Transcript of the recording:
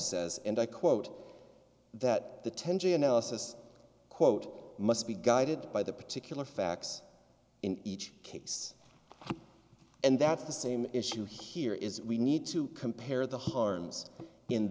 says and i quote that the tenchi analysis quote must be guided by the particular facts in each case and that's the same issue here is we need to compare the harms in